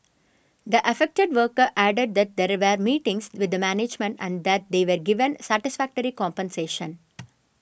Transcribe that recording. the affected worker added that there there meetings with the management and that they were given satisfactory compensation